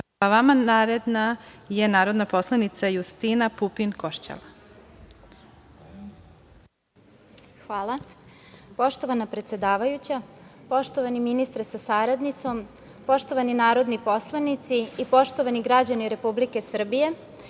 poslanica Justina Pupin Košćal. Izvolite. **Justina Pupin Košćal** Hvala. Poštovana predsedavajuća, poštovani ministre sa saradnicom, poštovani narodni poslanici i poštovani građani Republike Srbije,